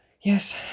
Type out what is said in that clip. Yes